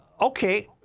Okay